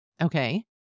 Okay